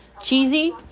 cheesy